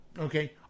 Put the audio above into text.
Okay